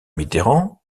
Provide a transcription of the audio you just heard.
mitterrand